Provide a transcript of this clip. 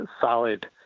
solid